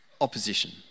opposition